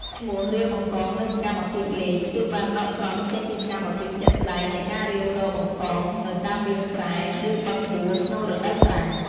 ឈ្មោះ រាវបង្កង និងសកម្មភាពលេង គឺបានដកស្រង់ចេញពីសកម្មភាពជាក់ស្តែងនៃការរាវរកបង្កងនៅតាមវាលស្រែ ឬបឹងបួរក្នុងរដូវប្រាំង។